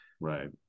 right